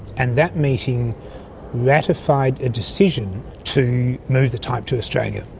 and that meeting ratified a decision to move the type to australia.